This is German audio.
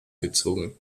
gezogen